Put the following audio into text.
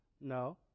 No